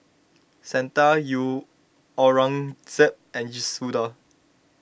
Santha U Aurangzeb and Suda